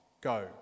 go